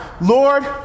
Lord